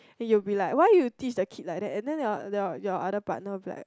you'll be like why you teach the kid to be like that and then your your your other partner will have like